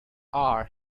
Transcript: are